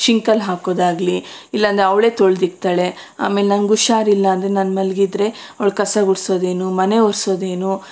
ಶಿಂಕಲ್ಲಿ ಹಾಕೊದಾಗಲಿ ಇಲ್ಲಾಂದರೆ ಅವಳೇ ತೋಳ್ದಿಕ್ತಾಳೆ ಆಮೇಲೆ ನಂಗೆ ಹುಷಾರಿಲ್ಲ ಅಂದರೆ ನಾನು ಮಲಗಿದ್ರೆ ಅವ್ಳು ಕಸ ಗುಡಿಸೋದೇನು ಮನೆ ಒರೆಸೋದೇನು